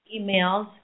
emails